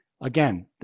Again